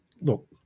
look